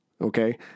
okay